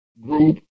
group